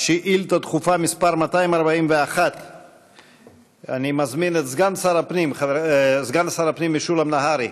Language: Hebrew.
לשאילתה דחופה מס' 241. אני מזמין את סגן שר הפנים משולם נהרי,